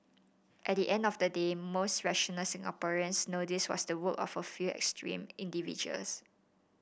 at the end of the day most rational Singaporeans know this was the work of a few extreme individuals